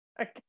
Okay